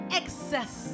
excess